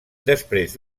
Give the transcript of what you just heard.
després